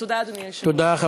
תודה, אדוני היושב-ראש.